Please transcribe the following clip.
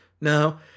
No